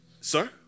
sir